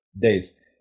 days